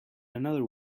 another